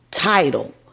title